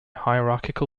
hierarchical